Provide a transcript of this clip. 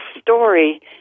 story